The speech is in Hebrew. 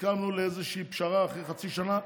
הסכמנו לאיזושהי פשרה אחרי חצי שנה.